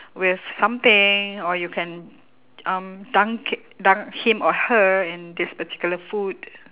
with something or you can um dunk i~ dunk him or her in this particular food